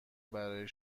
برای